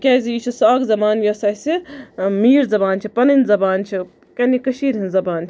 تِکیازِ یہِ چھِ سۄ اکھ زَبان یۄس اَسہِ میٖٹھ زَبان چھِ پَنٕنۍ زَبان چھِ پَنٕنہِ کٔشیٖر ہنز زَبان چھِ